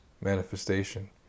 Manifestation